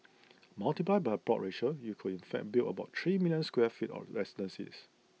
multiplied by the plot ratio you could in fact build about three million square feet of residences